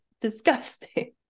disgusting